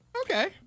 Okay